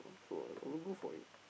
so good for you